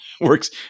works